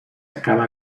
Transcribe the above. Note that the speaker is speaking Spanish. acaba